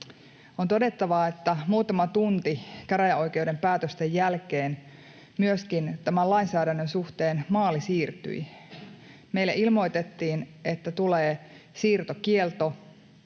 On todettava, että muutama tunti käräjäoikeuden päätösten jälkeen myöskin tämän lainsäädännön suhteen maali siirtyi. Meille ilmoitettiin, että tulee siirtokielto